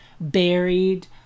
buried